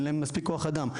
אין להם מספיק כוח אדם,